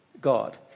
God